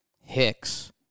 Hicks